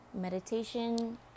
Meditation